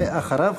ואחריו,